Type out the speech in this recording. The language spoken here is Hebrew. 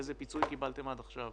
איזה פיצוי קיבלתם עד עכשיו,